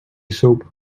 soap